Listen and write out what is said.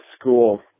school